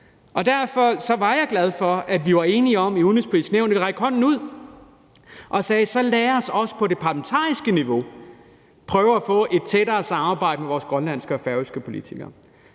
Derfor var jeg glad for, at vi var enige om i Det Udenrigspolitiske Nævn, at vi vil række hånden ud, og sagde: Så lad os også på det parlamentariske niveau prøve at få et tættere samarbejde med vores grønlandske og færøske politikere.